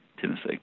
Tennessee